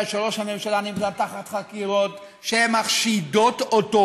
שראש הממשלה נמצא תחת חקירות שמחשידות אותו,